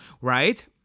right